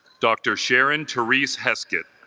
dr. sharon therese heskett